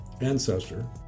ancestor